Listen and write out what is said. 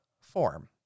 form